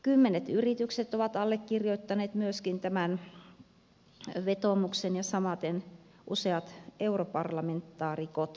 kymmenet yritykset ovat allekirjoittaneet myöskin tämän vetoomuksen ja samaten useat europarlamentaarikot